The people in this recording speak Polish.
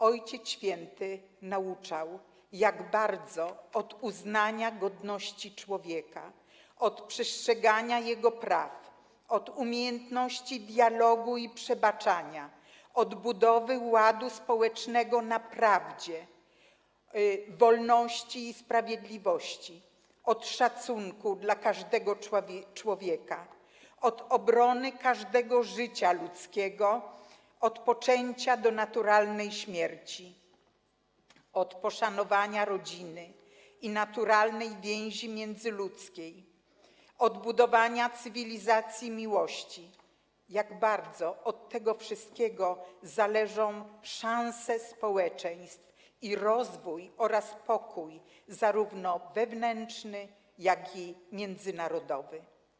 Ojciec Święty nauczał, jak bardzo od uznania godności człowieka, od przestrzegania jego praw, od umiejętności dialogu i przebaczania, od budowy ładu społecznego na prawdzie, wolności i sprawiedliwości, od szacunku dla każdego człowieka, od obrony każdego życia ludzkiego od poczęcia do naturalnej śmierci, od poszanowania rodziny i naturalnej więzi międzyludzkiej, od budowania cywilizacji miłości, jak bardzo od tego wszystkiego zależą szanse społeczeństw i rozwój oraz pokój, zarówno wewnętrzny, jak i międzynarodowy.